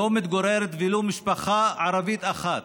לא מתגוררת ולו משפחה ערבית אחת,